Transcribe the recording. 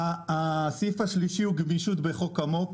הסעיף השלישי הוא גמישות בחוק המו"פ,